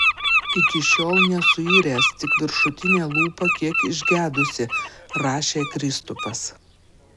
iki šiol nesuiręs tik viršutinė lūpa kiek išgedusi rašė kristupas